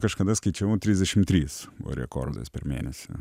kažkada skaičiavau trisdešimt trys buvo rekordas per mėnesį